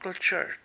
church